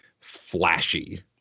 flashy